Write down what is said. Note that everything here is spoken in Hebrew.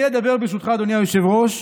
אני אדבר, ברשותך, אדוני היושב-ראש,